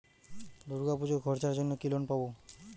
দূর্গাপুজোর খরচার জন্য কি লোন পাব?